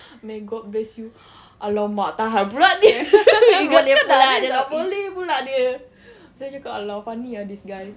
may god bless you !alamak! tahan pula dia boleh pula dia lepas tu saya cakap !alah! funny lah this guy